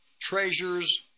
treasures